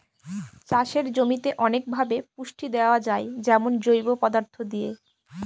চাষের জমিতে অনেকভাবে পুষ্টি দেয়া যায় যেমন জৈব পদার্থ দিয়ে